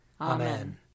Amen